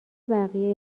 بقیه